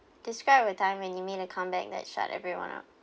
describe a time when you made a comeback that shut everyone up